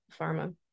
pharma